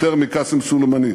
יותר מקאסם סולימאני,